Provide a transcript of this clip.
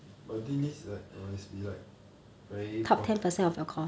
but dean list is like must be like very pro